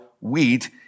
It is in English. wheat